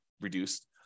reduced